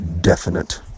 definite